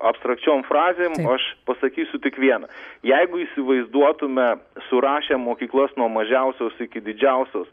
abstrakčiom frazėm aš pasakysiu tik viena jeigu įsivaizduotume surašę mokyklas nuo mažiausios iki didžiausios